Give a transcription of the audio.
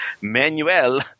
Manuel